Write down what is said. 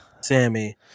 Sammy